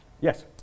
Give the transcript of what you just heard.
Yes